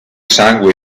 sangue